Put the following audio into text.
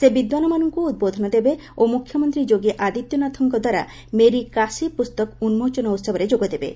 ସେ ବିଦ୍ୱାନମାନଙ୍କୁ ଉଦ୍ବୋଧନ ଦେବେ ଓ ମ୍ରଖ୍ୟମନ୍ତ୍ରୀ ଯୋଗୀ ଆଦିତ୍ୟନାଥଙ୍କ ଦ୍ୱାରା ମେରି କାଶୀ ପୁସ୍ତକ ଉନ୍କୋଚନ ଉହବରେ ଯୋଗ ଦେବେ